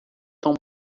tão